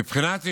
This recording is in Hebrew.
מבחינת עישון,